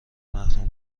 محروم